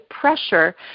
pressure